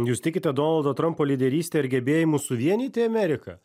jūs tikite donaldo trumpo lyderyste ir gebėjimu suvienyti ameriką